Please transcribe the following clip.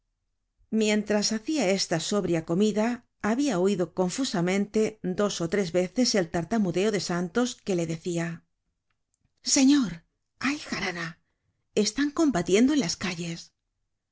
mientras hacia esta sobria comida habia oido confusamente dos ó tres veces el tartamudeo de santos que le decia señor hay jarana están combatiendo en las calles